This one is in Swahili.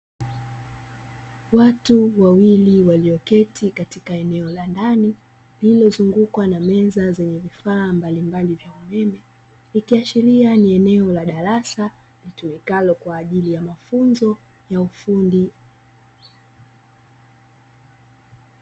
Watu wawili walioketi katika eneo la ndani lililozungukwa na meza, zenye vifaa mbalimbali vya umeme ikiashiria ni eneo la darasa litumikalo kwa ajili ya mafunzo ya ufundi.